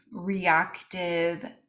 reactive